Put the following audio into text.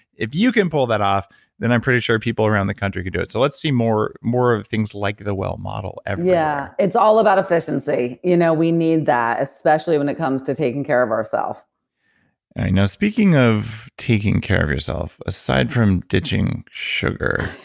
if you can pull that off then i'm pretty sure people around the country could do it. so let's see more more of things like the well model yeah, it's all about efficiency. you know we need that, especially when it comes to taking care of ourselves i know. speaking of taking care of yourself, aside from ditching sugar,